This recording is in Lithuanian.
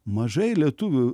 mažai lietuvių